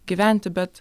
gyventi bet